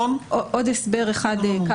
עוד הסבר קל אחד,